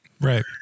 Right